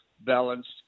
balanced